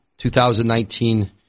2019